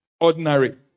ordinary